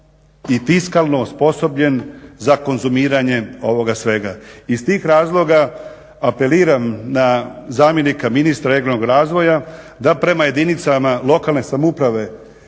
i fiskalno osposobljen za konzumiranje ovoga svega. Iz tih razloga apeliram na zamjenika ministra regionalnog razvoja da prema jedinicama lokalne samouprave,